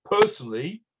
personally